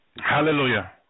Hallelujah